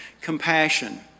compassion